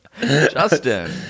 Justin